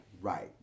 right